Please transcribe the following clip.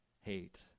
hate